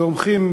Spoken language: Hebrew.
תומכים